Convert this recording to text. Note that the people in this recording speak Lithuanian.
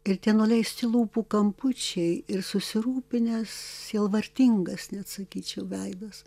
ir tie nuleisti lūpų kampučiai ir susirūpinęs sielvartingas net sakyčiau veidas